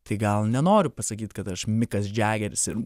tai gal nenoriu pasakyt kad aš mikas džiageris ir